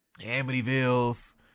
Amityville's